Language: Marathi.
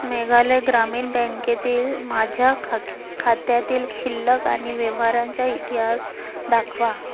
मेघालय ग्रामीण बँकेतील माझ्या खात्यातील शिल्लक आणि व्यवहारांचा इतिहास दाखवा